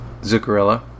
Zuccarello